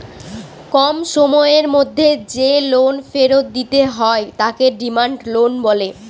কম সময়ের মধ্যে যে লোন ফেরত দিতে হয় তাকে ডিমান্ড লোন বলে